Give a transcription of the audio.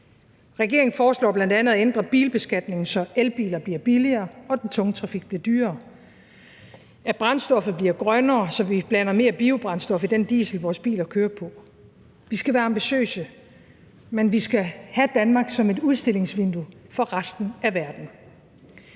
Regeringen foreslår bl.a. at ændre bilbeskatningen, så elbiler bliver billigere og den tunge trafik bliver dyrere, og at brændstoffet bliver grønnere, så vi blander mere biobrændstof i den diesel, vores biler kører på. Vi skal være ambitiøse, men vi skal også have Danmark som et udstillingsvindue til resten af verden.